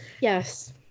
Yes